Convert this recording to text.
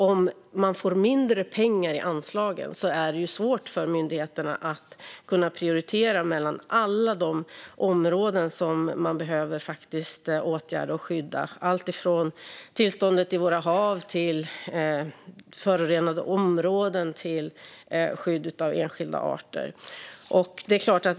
Om de får mindre pengar i anslag är det naturligtvis svårt för myndigheterna att kunna prioritera bland alla de områden där det behövs åtgärder och skydd. Det gäller alltifrån tillståndet i våra hav och förorenade områden till skydd av enskilda arter.